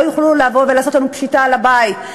לא יוכלו לבוא ולעשות לנו פשיטה על הבית,